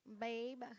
babe